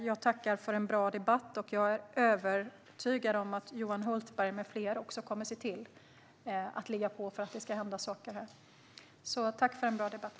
Jag tackar för en bra debatt och är övertygad om att Johan Hultberg med flera kommer att ligga på för att det ska hända saker. Tack, alltså, för en bra debatt!